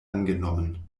angenommen